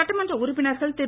சட்டமன்ற உறுப்பினர்கள் திரு